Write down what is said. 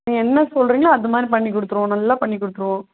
நீங்கள் என்ன சொல்லுறிங்களோ அது மாதிரி பண்ணிக்கொடுத்துருவோம் நல்லா பண்ணிகொடுத்துருவோம்